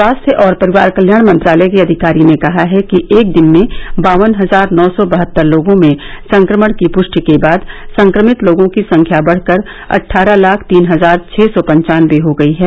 स्वास्थ्य और परिवार कत्याण मंत्रालय के अधिकारी ने कहा है कि एक दिन में बावन हजार नौ सी बहत्तर लोगों में संक्रमण की पुष्टि के बाद संक्रमित लोगों की संख्या बढ़ कर अट्ठारह लाख तीन हजार छह सौ पन्वानबे हो गई है